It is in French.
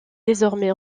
désormais